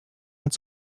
its